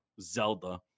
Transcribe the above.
Zelda